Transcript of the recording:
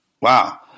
Wow